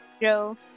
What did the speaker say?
Joe